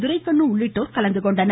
துரைக்கண்ணு உள்ளிட்டோர் கலந்துகொண்டனர்